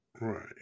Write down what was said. Right